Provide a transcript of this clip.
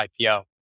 IPO